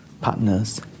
partners